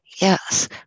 yes